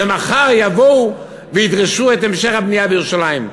ומחר יבואו וידרשו את המשך הבנייה בירושלים.